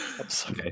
okay